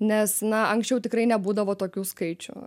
nes na anksčiau tikrai nebūdavo tokių skaičių